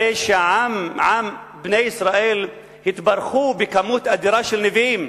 הרי בני ישראל התברכו בכמות אדירה של נביאים,